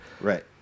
Right